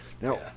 now